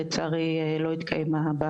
לצערי לא התקיימה בה